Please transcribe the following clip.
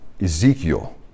Ezekiel